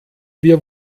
wir